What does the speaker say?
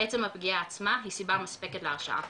עצם הפגיעה עצמה היא סיבה מספקת להרשעה.